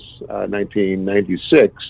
1996